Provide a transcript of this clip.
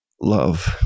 love